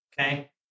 okay